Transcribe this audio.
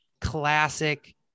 classic